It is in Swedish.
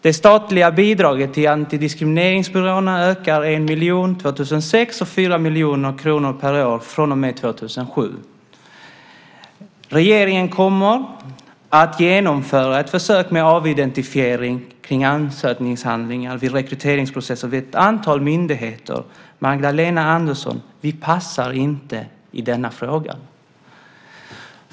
Det statliga bidraget till antidiskrimineringsbyråerna ökar med 1 miljon år 2006 och 4 miljoner per år från och med 2007. Regeringen kommer att genomföra ett försök med avidentifiering av ansökningshandlingar vid rekryteringsprocessen vid ett antal myndigheter. Vi passar inte i denna fråga, Magdalena Andersson!